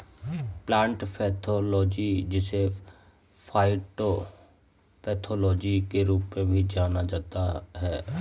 plant pathology जिसे phytopathology के रूप में भी जाना जाता है